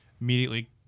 immediately